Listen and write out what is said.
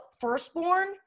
firstborn